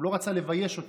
הוא לא רצה לבייש אותם.